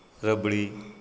rabri